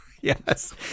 Yes